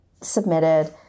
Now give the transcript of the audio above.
submitted